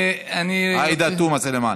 מברוכ.